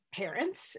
parents